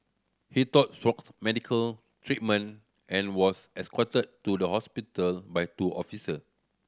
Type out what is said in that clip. he sought medical treatment and was escorted to the hospital by two officer